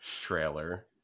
trailer